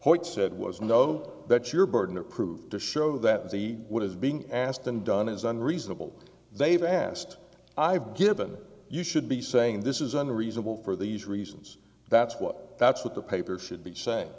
hoyt said was no that your burden of proof to show that the what is being asked and done is unreasonable they've asked i've given you should be saying this is unreasonable for these reasons that's what that's what the paper should be saying